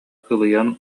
кылыйан